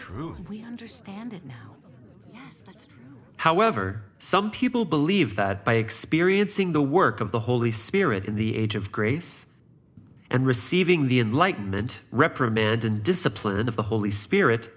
true understanding however some people believe that by experiencing the work of the holy spirit in the age of grace and receiving the enlightenment reprimand and discipline of the holy spirit